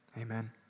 amen